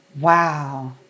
Wow